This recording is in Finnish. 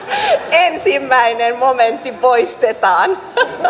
ensimmäinen momentti poistetaan